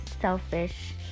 selfish